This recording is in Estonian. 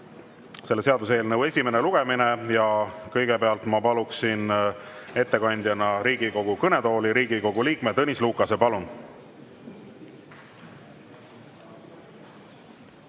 selle seaduseelnõu esimene lugemine ja kõigepealt ma palun ettekandjana Riigikogu kõnetooli Riigikogu liikme Tõnis Lukase. Palun!